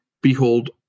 Behold